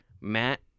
matt